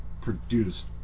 produced